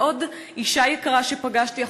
ועוד אישה יקרה שפגשתי,